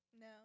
No